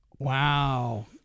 wow